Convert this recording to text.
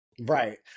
Right